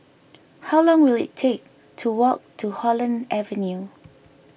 how long will it take to walk to Holland Avenue